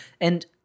And-